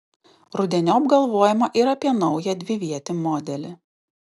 rudeniop galvojama ir apie naują dvivietį modelį